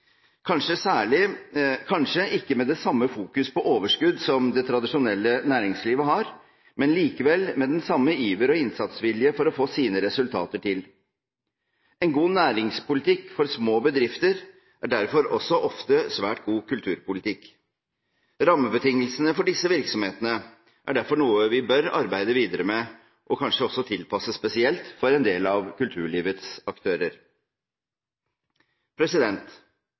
kanskje ikke med det samme fokus på overskudd som det tradisjonelle næringslivet har, men likevel med den samme iver og innsatsvilje for å få sine resultater til. En god næringspolitikk for små bedrifter er derfor også ofte svært god kulturpolitikk. Rammebetingelsene for disse virksomhetene er derfor noe vi bør arbeide videre med, og kanskje også tilpasse spesielt for en del av kulturlivets